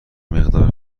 مقدار